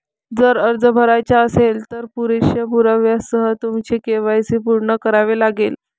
जर अर्ज भरायचा असेल, तर पुरेशा पुराव्यासह तुमचे के.वाय.सी पूर्ण करावे लागेल